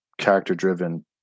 character-driven